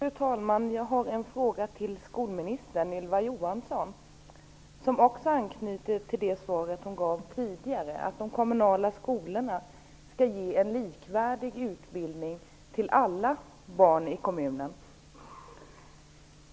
Fru talman! Jag har en fråga till skolminister Ylva Johansson. Den anknyter till det svar som tidigare lämnades om att de kommunala skolorna skall ge likvärdig utbildning till alla barn i kommunen.